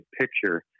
picture